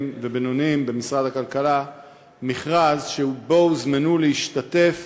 ובינוניים במשרד הכלכלה מכרז שבו הוזמנו להשתתף